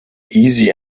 easy